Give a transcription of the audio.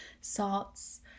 salts